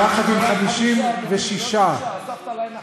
יחד עם 56, הם לא שישה, הוספתם להם אחד.